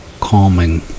calming